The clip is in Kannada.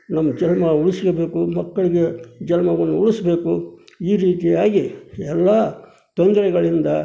ನಮ್ಮ ಜನ್ಮ ಉಳಿಸ್ಕೋಬೇಕು ಮಕ್ಕಳಿಗೆ ಜನ್ಮವನ್ನು ಉಳಿಸಬೇಕು ಈ ರೀತಿಯಾಗಿ ಎಲ್ಲ ತೊಂದರೆಗಳಿಂದ